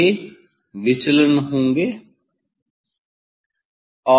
ये विचलन होंगे